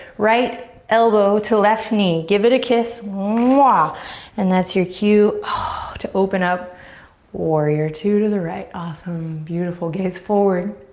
right elbow to left knee. give it a kiss. ah and that's your cue to open up warrior two to the right. awesome, beautiful. gaze forward.